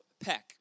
Peck